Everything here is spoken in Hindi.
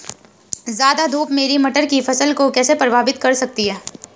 ज़्यादा धूप मेरी मटर की फसल को कैसे प्रभावित कर सकती है?